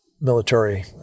military